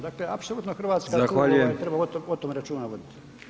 Dakle apsolutno Hrvatska tu treba o tome računa voditi.